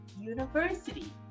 University